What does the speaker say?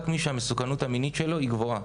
רק מי שהמסוכנות המינית שלו היא גבוהה.